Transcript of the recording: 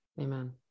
amen